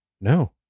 No